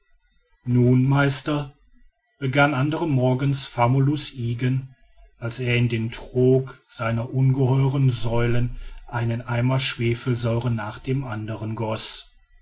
nun meister begann andern morgens famulus ygen als er in den trog seiner ungeheuren säulen einen eimer schwefelsäure nach dem andern goß